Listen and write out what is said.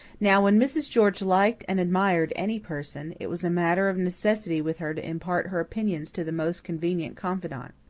now, when mrs. george liked and admired any person, it was a matter of necessity with her to impart her opinions to the most convenient confidant.